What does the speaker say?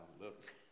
look